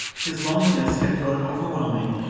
his loneliness had grown overwhelming,